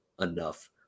enough